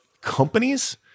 companies